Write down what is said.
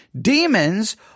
demons